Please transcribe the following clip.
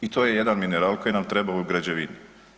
I to je jedan mineral koji nam treba u građevini.